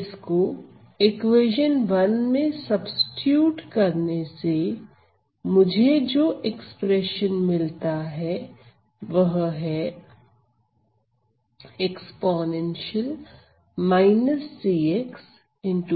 इसको इक्वेशन में सब्सीट्यूट करने से मुझे जो एक्सप्रेशन मिलता है वह है मैं इन सभी एक्सप्रेशंस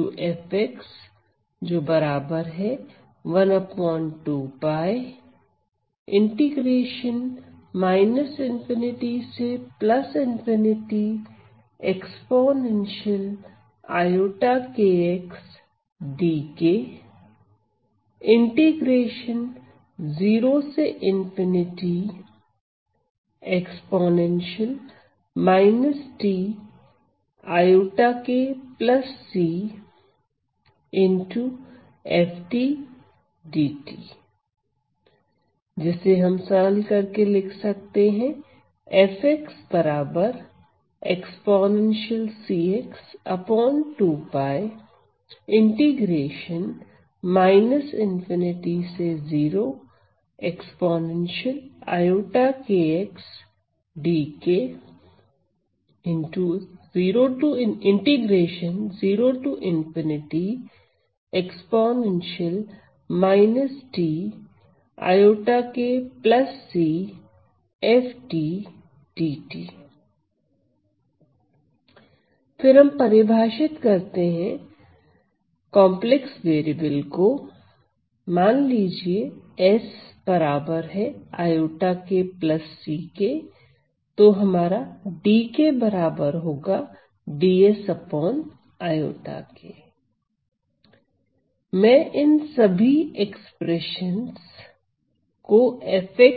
को f के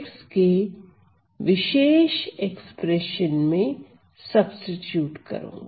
विशेष एक्सप्रेशन में सब्सीट्यूट करूंगा